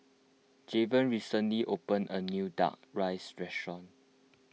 Javen recently opened a new Duck Rice restaurant